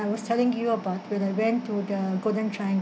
I was telling you about when I went to the golden triangle